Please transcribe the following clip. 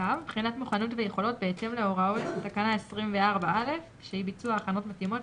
"(ו) בחינת מוכנות ויכולות בהתאם להוראות תקנה 24(א) .